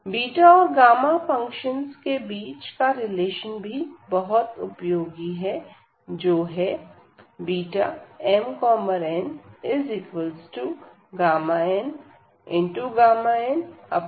beta और gamma function के बीच का रिलेशन भी बहुत उपयोगी है जो है Bmnmnmn